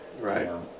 Right